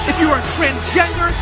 you're transgender,